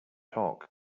talk